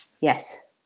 yes